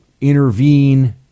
intervene